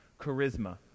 Charisma